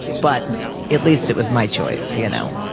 but at least it was my choice, you know?